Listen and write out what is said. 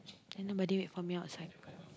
then nobody wait for me outside